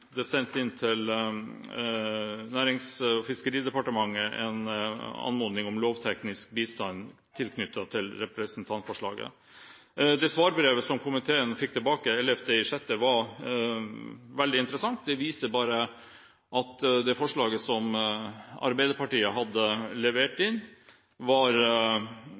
det sendt inn en anmodning om lovteknisk bistand tilknyttet representantforslaget til Nærings- og fiskeridepartementet. Det svarbrevet som komiteen fikk 11. juni, var veldig interessant. Det viser at det ble avslørt at forslaget som Arbeiderpartiet hadde levert inn, hadde en rekke svakheter av ulik karakter. Det var